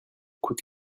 coûte